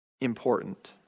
important